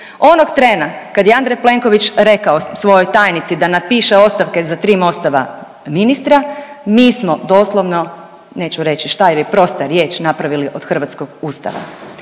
Onog trena kad je Andrej Plenković rekao svojoj tajnici da napiše ostavke za tri Mostova ministra, mi smo doslovno, neću reći šta jer je prosta riječ napravili od hrvatskog Ustava.